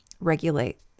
regulate